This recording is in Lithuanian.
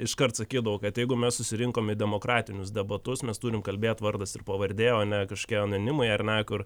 iškart sakydavau kad jeigu mes susirinkom į demokratinius debatus mes turim kalbėt vardas ir pavardė o ne kažkokie anonimai ar ne kur